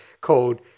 called